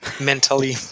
Mentally